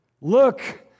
Look